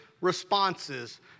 responses